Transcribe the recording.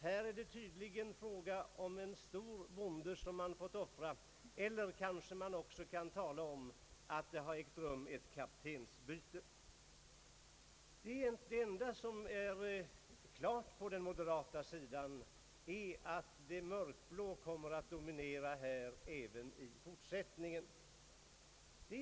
Här är det tydligen fråga om att man fått offra en stor bonde, eller kanske man kan tala om att det ägt rum ett kaptensbyte. Det enda som är klart på den moderata sidan är att de mörkblå kommer att dominera här även i fortsättningen.